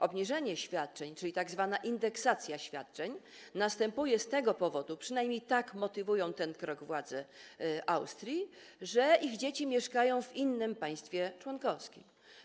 Obniżenie świadczeń, czyli tzw. indeksacja świadczeń, następuje z tego powodu, przynajmniej tak motywują ten krok władze Austrii, że dzieci tych pracowników mieszkają w innym państwie członkowskim.